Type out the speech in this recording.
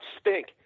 stink